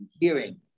hearing